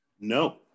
No